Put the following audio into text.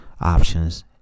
options